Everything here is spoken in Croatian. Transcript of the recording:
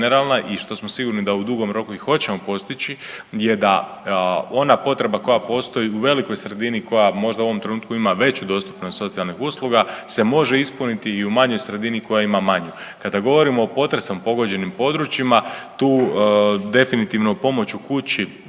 i što smo sigurni da u dugom roku i hoćemo postići je da ona potreba koja postoji u velikoj sredini koja možda u ovom trenutku ima veću dostupnost socijalnih usluga se može ispuniti i u manjoj sredini koja ima manju. Kada govorimo o potresom pogođenim područjima tu definitivno pomoć u kući